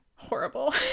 Horrible